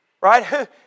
Right